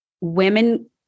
women